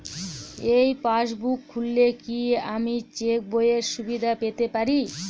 এই পাসবুক খুললে কি আমি চেকবইয়ের সুবিধা পেতে পারি?